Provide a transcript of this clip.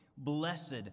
Blessed